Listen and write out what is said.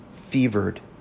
fevered